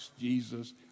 Jesus